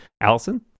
Allison